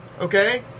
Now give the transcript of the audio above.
Okay